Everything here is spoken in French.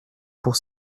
pour